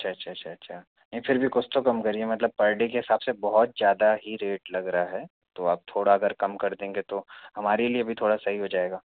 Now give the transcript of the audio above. अच्छा अच्छा अच्छा अच्छा नहीं फिर भी कुछ तो कम करिए मतलब पर डे के हिसाब से बहुत ज्यादा ही रेट लग रहा है तो आप थोड़ा अगर कम कर देंगे तो हमारे लिए भी थोड़ा सही हो जाएगा